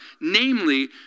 namely